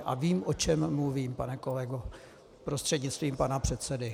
A vím, o čem mluvím, pane kolego prostřednictvím pana předsedy.